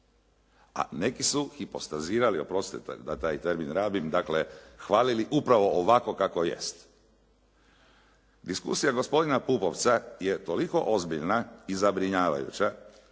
a neki su hipostazirali oprostite da taj termin rabim, dakle hvalili upravo ovako kako jest. Diskusija gospodina Pupovca je toliko ozbiljna i zabrinjavajuća